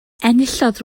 enillodd